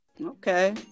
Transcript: Okay